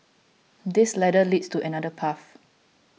this ladder leads to another path